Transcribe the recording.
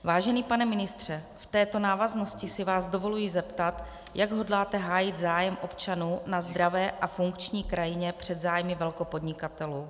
Vážený pane ministře, v této návaznosti si vás dovoluji zeptat, jak hodláte hájit zájem občanů na zdravé a funkční krajině před zájmy velkopodnikatelů.